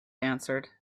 answered